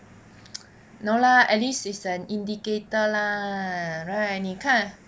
no lah at least it's an indicator lah right 你看